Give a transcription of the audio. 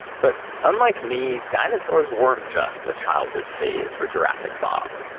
but unlike me, dinosaurs weren't just a childhood phase for jurassic bob.